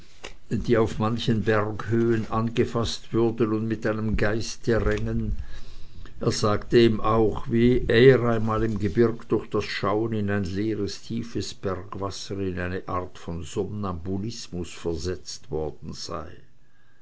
die auf manchen berghöhen angefaßt würden und mit einem geiste rängen er sagte ihm auch wie er einmal im gebirg durch das schauen in ein leeres tiefes bergwasser in eine art von somnambulismus versetzt worden sei